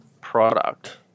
product